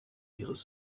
ihres